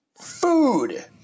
food